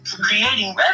creating